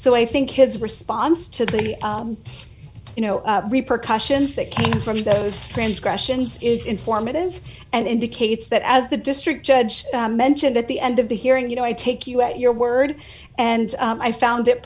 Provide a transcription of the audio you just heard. so i think his response to that is you know repercussions that came from those transgressions is informative and indicates that as the district judge mentioned at the end of the hearing you know i take you at your word and i found it